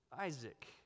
Isaac